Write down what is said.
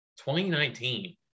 2019